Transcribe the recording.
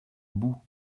bou